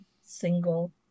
single